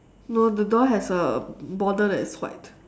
no the door has a border that is white